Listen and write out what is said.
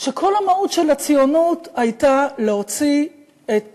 שכל המהות של הציונות הייתה להוציא את